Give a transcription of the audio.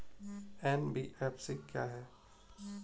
NBFC क्या है?